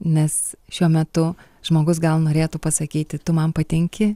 nes šiuo metu žmogus gal norėtų pasakyti tu man patinki